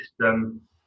system